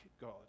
God